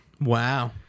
Wow